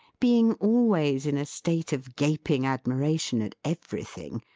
being always in a state of gaping admiration at everything,